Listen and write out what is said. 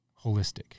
holistic